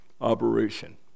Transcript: operation